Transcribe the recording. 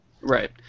Right